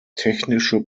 technische